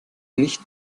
nicht